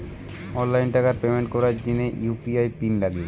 online টাকার payment করার জিনে ইউ.পি.আই পিন লাগে